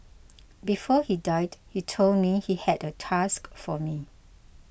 before he died he told me he had a task for me